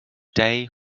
day